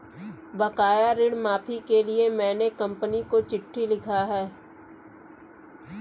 बकाया ऋण माफी के लिए मैने कंपनी को चिट्ठी लिखा है